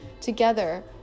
together